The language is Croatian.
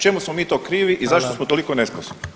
Čemu smo mi to krivi i zašto smo toliko nesposobni?